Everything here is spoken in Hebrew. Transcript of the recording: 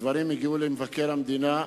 הדברים הגיעו למבקר המדינה,